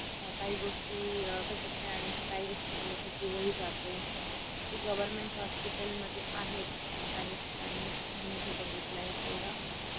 काही गोष्टी भेटत नाही आणि काही गोष्टींमुळे त्याचा जीवही जातो ते गवर्मेंट हॉस्पिटलमध्ये आहेत काही ठिकाणी मी जे बघितलं आहे तेवढं